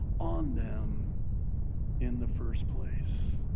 on them in the first place.